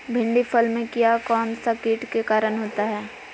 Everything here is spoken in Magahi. भिंडी फल में किया कौन सा किट के कारण होता है?